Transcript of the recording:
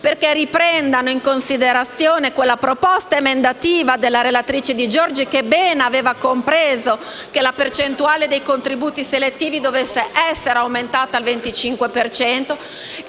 affinché riprendano in considerazione la proposta emendativa della relatrice Di Giorgi che bene aveva compreso che la percentuale dei contributi selettivi dovesse essere aumentata al 25